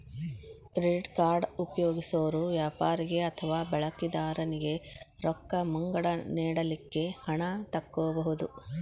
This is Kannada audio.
ಕ್ರೆಡಿಟ್ ಕಾರ್ಡ್ ಉಪಯೊಗ್ಸೊರು ವ್ಯಾಪಾರಿಗೆ ಅಥವಾ ಬಳಕಿದಾರನಿಗೆ ರೊಕ್ಕ ಮುಂಗಡ ನೇಡಲಿಕ್ಕೆ ಹಣ ತಕ್ಕೊಬಹುದು